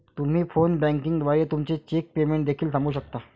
तुम्ही phone banking द्वारे तुमचे चेक पेमेंट देखील थांबवू शकता